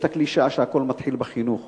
יש הקלישאה שהכול מתחיל בחינוך,